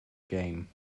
game